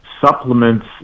supplements